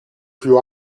più